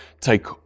take